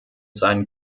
seinen